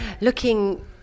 looking